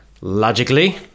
Logically